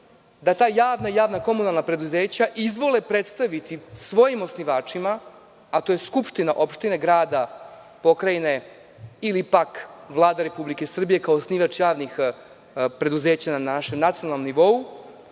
da ta javna javna komunalna preduzeća izvole predstaviti svojim osnivačima, a to je skupština opštine grada, pokrajine, ili pak Vlada Republike Srbije, kao osnivač javnih preduzeća na našem nacionalnom nivou,